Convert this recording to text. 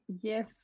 Yes